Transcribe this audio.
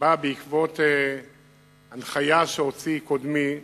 בא בעקבות הנחיה שהוציא קודמי,